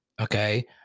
Okay